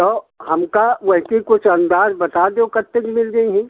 तो हमका वैसे कुछ अंदाज बता दो कितने के मिल जहियें